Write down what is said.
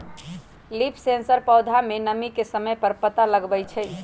leaf sensor पौधा में नमी के समय पर पता लगवई छई